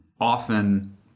often